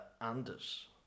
Anders